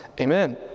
Amen